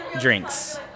drinks